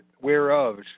whereof